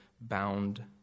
bound